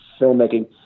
filmmaking